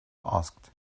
asked